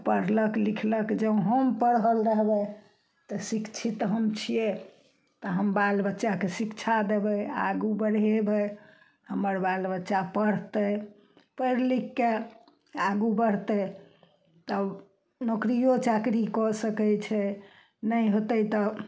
पढ़लक लिखलक जे हम पढ़ल रहबय तऽ शिक्षित हम छियै तऽ हम बाल बच्चाके शिक्षा देबय आगू बढ़ेबय हमर बाल बच्चा पढ़तइ पढ़ि लिखिके आगू बढ़तय तब नौकरियो चाकरी कऽ सकय छै नहि होतय तऽ